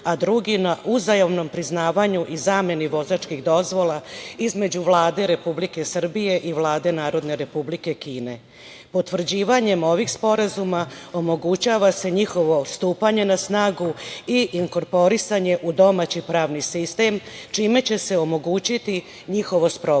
a drugi na uzajamnom priznavanju i zameni vozačkih dozvola između Vlade Republike Srbije i Vlade NRK. Potvrđivanjem ovih sporazuma omogućava se njihovo stupanje na snagu i inkorporisanje u domaći pravni sistem, čime će se omogućiti njihovo sprovođenje. Oba